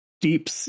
deep